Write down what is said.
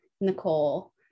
Nicole